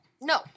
No